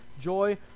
Joy